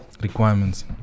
requirements